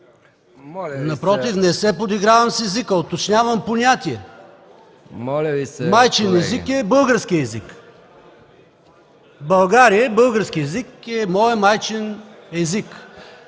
Моля Ви се...